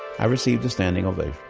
i received a standing ovation.